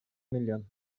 миллион